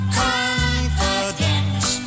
confidence